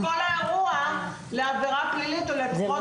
ואז הן הופכות את כל האירוע לעבירה פלילית או לפחות לחשד לעבירה פלילית.